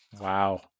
Wow